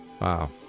Wow